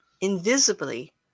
invisibly